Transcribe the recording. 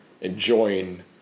enjoying